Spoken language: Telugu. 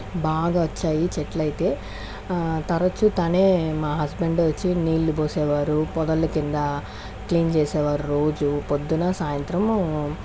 బాగా వచ్చాయి చెట్లయితే తరచు తనే మా హస్బెండ్ వచ్చి నీళ్లు పోసేవారు పొదల కింద క్లీన్ చేసేవారు రోజు పొద్దున్న సాయంత్రము